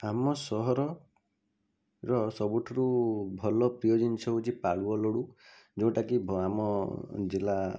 ଆମ ସହରର ସବୁଠୁରୁ ଭଲ ପ୍ରିୟ ଜିନିଷ ହେଉଛି ପାଳୁଅ ଲଡୁ ଯୋଉଟାକି ଆମ ଜିଲ୍ଲା